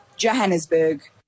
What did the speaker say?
Johannesburg